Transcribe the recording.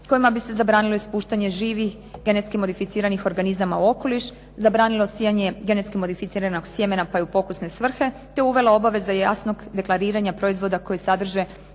kojima bi se zabranilo ispuštanje živih GMO-a u okoliš, zabranilo sijanje genetski modificiranog sjemena pa i u pokusne svrhe te uvela obaveza jasnog deklariranja proizvoda koji sadrže